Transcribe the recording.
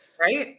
Right